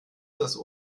das